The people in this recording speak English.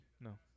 No